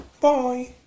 Bye